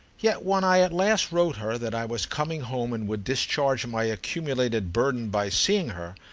yet when i at last wrote her that i was coming home and would discharge my accumulated burden by seeing her,